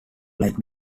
like